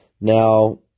Now